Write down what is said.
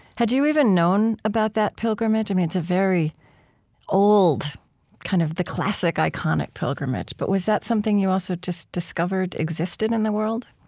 had you even known about that pilgrimage? i mean, it's a very old kind of the classic iconic pilgrimage. but was that something you also just discovered existed in the world?